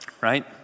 right